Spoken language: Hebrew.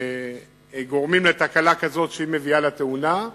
גורמים לתקלה כזאת שמביאה לתאונה.